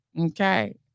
Okay